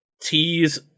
tease